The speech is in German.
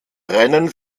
rennen